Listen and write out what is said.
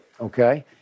Okay